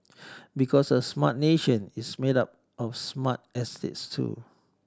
because a smart nation is made up of smart estates too